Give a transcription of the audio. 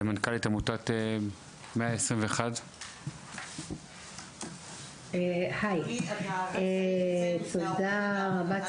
מנכ"לית עמותת 121. תודה רבה,